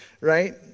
right